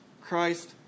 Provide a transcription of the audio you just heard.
Christ